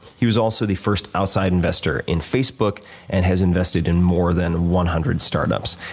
he was also the first outside investor in facebook and has invested in more than one hundred start ups.